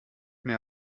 mir